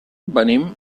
venim